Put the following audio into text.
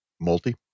multi